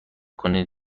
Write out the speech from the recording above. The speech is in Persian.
کنین